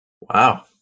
Wow